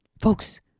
Folks